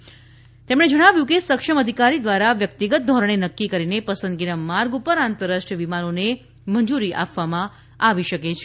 ઉડ્ડયન નિયમનકારે જણાવ્યું હતું કે સક્ષમ અધિકારી દ્વારા વ્યક્તિગત ધોરણે નક્કી કરીને પસંદગીના માર્ગ પર આંતરરાષ્ટ્રીય વિમાનોને મંજૂરી આપવામાં આવી શકે છે